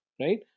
right